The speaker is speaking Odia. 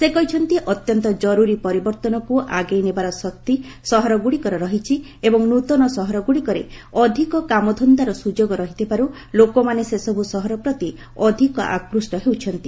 ସେ କହିଛନ୍ତି ଅତ୍ୟନ୍ତ ଜରୁରୀ ପରିବର୍ତନକୁ ଆଗେଇ ନେବାର ଶକ୍ତି ସହରଗୁଡିକର ରହିଛି ଏବଂ ନୃତନ ସହରଗୁଡିକରେ ଅଧିକ କାମଧନ୍ଦାର ସୁଯୋଗ ରହିଥିବାରୁ ଲୋକମାନେ ସେସବୁ ସହର ପ୍ରତି ଅଧିକ ଆକୁଷ୍ଟ ହେଉଛନ୍ତି